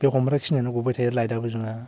बे हमग्रा खिनियानो गबायथायो लाइटआबो जोङा